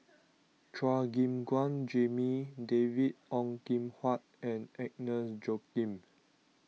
Chua Gim Guan Jimmy David Ong Kim Huat and Agnes Joaquim